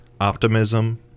optimism